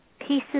pieces